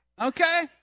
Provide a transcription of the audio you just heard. okay